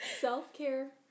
self-care